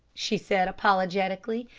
she said apologetically.